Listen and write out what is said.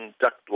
duct